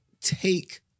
take